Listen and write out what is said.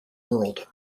world